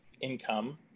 income